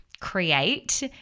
create